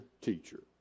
teacher